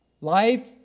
Life